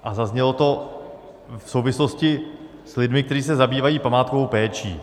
A zaznělo to v souvislosti s lidmi, kteří se zabývají památkovou péčí.